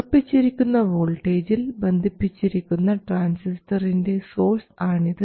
ഉറപ്പിച്ചിരിക്കുന്ന വോൾട്ടേജിൽ ബന്ധിപ്പിച്ചിരിക്കുന്ന ട്രാൻസിസ്റ്ററിൻറെ സോഴ്സ് ആണ് ഇത്